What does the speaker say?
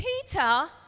Peter